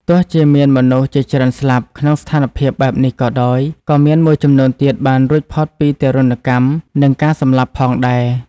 ទោះជាមានមនុស្សជាច្រើនស្លាប់ ក្នុងស្ថានភាពបែបនេះក៏ដោយ ក៏មានមួយចំនួនទៀតបានរួចផុតពីទារុណកម្មនិងការសម្លាប់ផងដែរ។